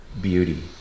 beauty